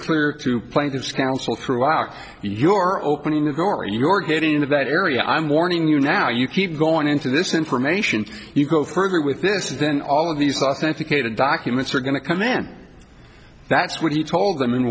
clear to plaintiff's counsel throughout your opening the door your getting into that area i'm warning you now you keep going into this information you go further with this then all of these authenticated documents are going to come in that's what he told them